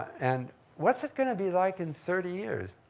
and what's it going to be like in thirty years?